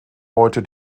heute